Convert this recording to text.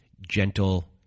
gentle